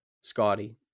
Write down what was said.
Scotty